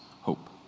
hope